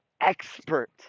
expert